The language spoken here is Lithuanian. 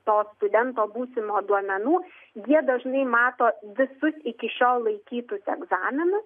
to studento būsimo duomenų jie dažnai mato visus iki šiol laikytus egzaminus